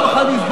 לא פעם שנייה.